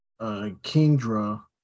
Kingdra